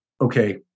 okay